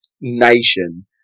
nation